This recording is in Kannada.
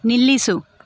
ನಿಲ್ಲಿಸು